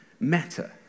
matter